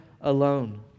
alone